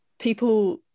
people